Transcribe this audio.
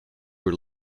were